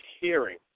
hearing